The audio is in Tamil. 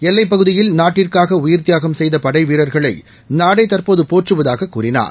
எல்லைப்பகுதியில் நாட்டுக்காகஉயிர் தியாகம் செய்தபடைவீரர்களைநாடேதற்போதுபோற்றுவதாகக் கூறினார்